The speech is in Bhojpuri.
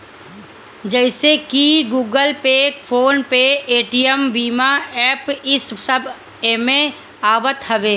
जइसे की Google pay, phone pay, Paytm भीम एप्प इस सब एमे आवत हवे